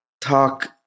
talk